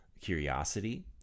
curiosity